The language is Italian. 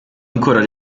ancora